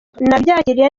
nabyakiriye